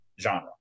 genre